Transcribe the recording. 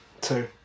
Two